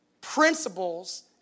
principles